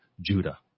Judah